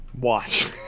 Watch